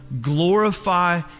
glorify